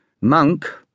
Monk